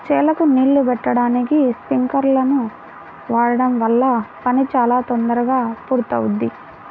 చేలకు నీళ్ళు బెట్టడానికి స్పింకర్లను వాడడం వల్ల పని చాలా తొందరగా పూర్తవుద్ది